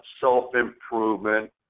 self-improvement